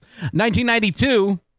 1992